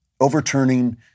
overturning